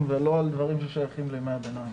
ולא על דברים ששייכים לימי הביניים.